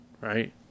right